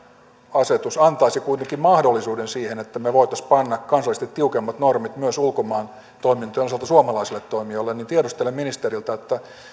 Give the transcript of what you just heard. asetus antaisi kuitenkin mahdollisuuden siihen että me voisimme panna kansallisesti tiukemmat normit myös ulkomaan toimintojen osalta suomalaisille toimijoille niin tiedustelen ministeriltä